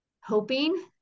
hoping